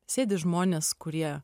sėdi žmonės kurie